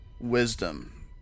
Wisdom